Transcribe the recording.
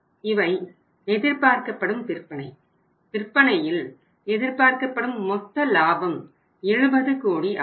இவை எதிர்பார்க்கப்படும் விற்பனை விற்பனையில் எதிர்பார்க்கப்படும் மொத்த லாபம் 70 கோடியும் ஆகும்